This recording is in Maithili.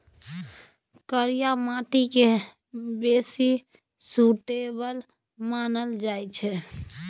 करिया माटि केँ बेसी सुटेबल मानल जाइ छै